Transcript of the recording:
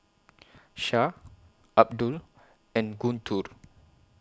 Syah Abdul and Guntur